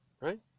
right